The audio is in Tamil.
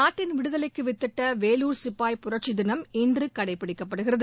நாட்டின் விடுதலைக்கு வித்திட்ட வேலூர் சிப்பாய் புரட்சி தினம் இன்று கடைப்பிடிக்கப்படுகிறது